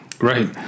Right